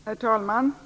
Herr talman!